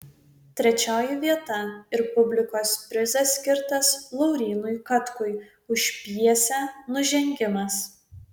trečioji vieta ir publikos prizas skirtas laurynui katkui už pjesę nužengimas